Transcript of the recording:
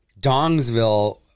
Dongsville